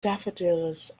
daffodils